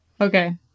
okay